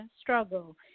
struggle